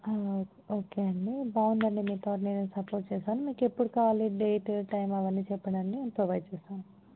okay అండి బాగుంది అండి మీ థాట్ నేను సపోర్ట్ చేస్తాను మీకు ఎప్పుడు కావాలి డేట్ టైమ్ అవ్వన్నీ చెప్పండి అండి నేను ప్రొవైడ్ చేస్తాను